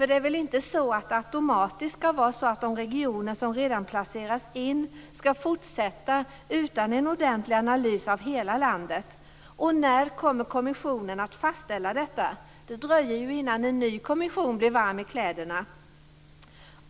Det är väl inte så att det automatiskt skall vara så att de regioner som redan placerats in skall få fortsätta så utan att det görs en ordentlig analys av hela landet. När kommer kommissionen att fastställa detta? Det dröjer ju innan en ny kommission blivit varm i kläderna.